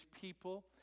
people